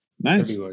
Nice